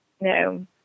No